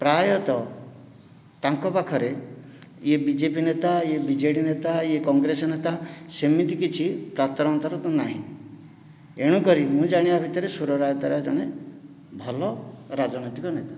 ପ୍ରାୟତଃ ତାଙ୍କ ପାଖରେ ୟେ ବିଜେପି ନେତା ୟେ ବିଜେଡ଼ି ନେତା ୟେ କଂଗ୍ରେସ ନେତା ସେମିତି କିଛି ପାତରଅନ୍ତର ନାହିଁ ଏଣୁକରି ମୁଁ ଜାଣିବା ଭିତରେ ସୁର ରାଉତରାୟ ଜଣେ ଭଲ ରାଜନୈତିକ ନେତା